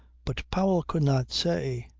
but powell could not say.